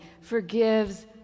forgives